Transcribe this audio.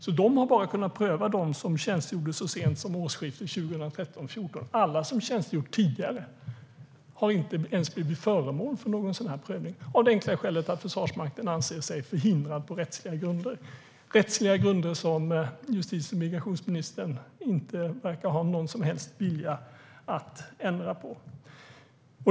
De har alltså bara kunnat pröva dem som tjänstgjorde så sent som årsskiftet 2013/14. Alla som tjänstgjort tidigare har inte ens blivit föremål för någon sådan här prövning, av det enkla skälet att Försvarsmakten anser sig förhindrad på rättsliga grunder - rättsliga grunder som justitie och migrationsministern inte verkar ha någon som helst vilja att ändra på.